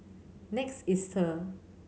Next Easter